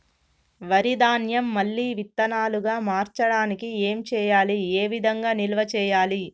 వరి ధాన్యము మళ్ళీ విత్తనాలు గా మార్చడానికి ఏం చేయాలి ఏ విధంగా నిల్వ చేయాలి?